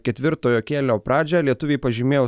ketvirtojo kėlinio pradžią lietuviai pažymėjo